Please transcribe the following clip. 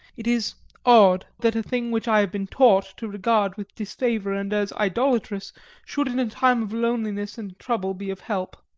it is odd that a thing which i have been taught to regard with disfavour and as idolatrous should in a time of loneliness and trouble be of help.